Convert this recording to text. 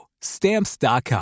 Stamps.com